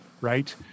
right